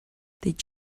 did